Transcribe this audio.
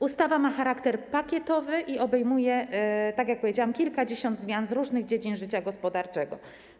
Ustawa ma charakter pakietowy i obejmuje, tak jak powiedziałam, kilkadziesiąt zmian w różnych dziedzinach życia gospodarczego.